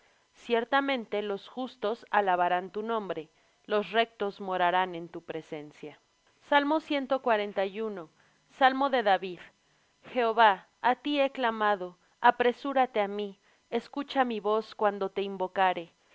ciertamente los justos alabarán tu nombre los rectos morarán en tu presencia salmo de david jehova á ti he clamado apresúrate á mí escucha mi voz cuando te invocare sea